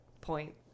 point